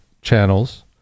channels